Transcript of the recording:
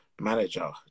manager